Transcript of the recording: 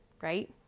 right